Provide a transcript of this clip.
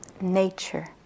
nature